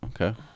Okay